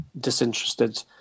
disinterested